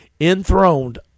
enthroned